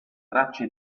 tracce